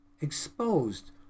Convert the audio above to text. exposed